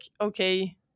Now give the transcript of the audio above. okay